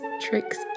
tricks